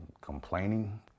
complaining